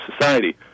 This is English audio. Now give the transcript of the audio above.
society